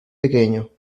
pequeño